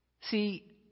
See